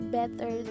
better